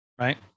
right